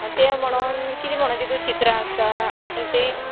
आं तें म्हणोन किदें म्हणोन तितूं चित्रां आसा आनी तें